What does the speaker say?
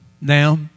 now